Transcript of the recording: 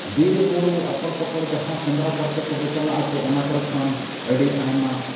ᱵᱤᱨᱼᱵᱩᱨᱩ ᱟᱸᱠᱚᱲ ᱯᱟᱸᱠᱚᱲ ᱡᱟᱦᱟᱸ ᱥᱮᱸᱫᱽᱨᱟ ᱠᱟᱨᱠᱟ ᱠᱚᱵᱚᱱ ᱪᱟᱞᱟᱜ ᱟᱛᱚ ᱚᱱᱟ ᱠᱚᱨᱮ ᱠᱷᱚᱱ ᱟᱹᱰᱤ ᱟᱭᱢᱟ